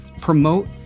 promote